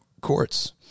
courts